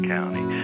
County